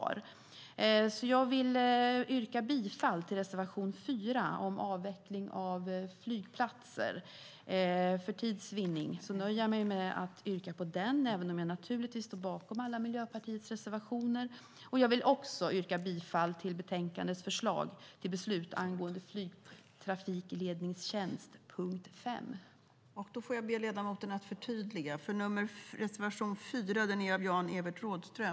För tids vinnande nöjer jag mig med att yrka bifall till reservation 4 om avveckling av flygplatser, även om jag naturligtvis står bakom alla Miljöpartiets reservationer. Jag vill också yrka bifall till betänkandets förslag till beslut angående flygtrafikledningstjänst under punkt 5.